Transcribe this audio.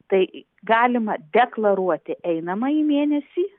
tai galima deklaruoti einamąjį mėnesį